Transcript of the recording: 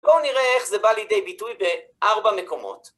בואו נראה איך זה בא לידי ביטוי בארבע מקומות.